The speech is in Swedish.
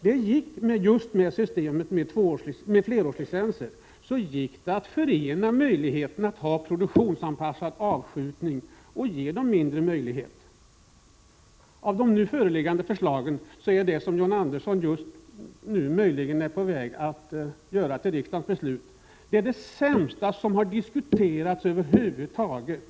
Just tack vare systemet med flerårslicenser gick det att förena en produktionsanpassad avskjutning med det system som innebär mindre möjligheter. Av de nu föreliggande förslagen är det förslag som John Andersson just nu möjligen är på väg att göra till riksdagens beslut det sämsta som över huvud taget har diskuterats.